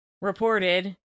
reported